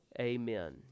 Amen